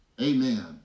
Amen